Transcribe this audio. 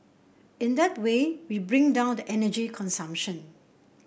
in that way we bring down the energy consumption